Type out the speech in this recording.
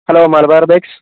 hello Malabar bakes